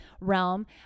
realm